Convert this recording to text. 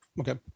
Okay